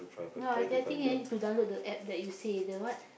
ya I think I think I need to download the App that you say the what